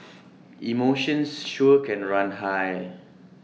emotions sure can run high